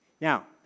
Now